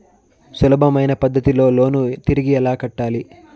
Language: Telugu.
సులభమైన పద్ధతిలో లోను తిరిగి ఎలా కట్టాలి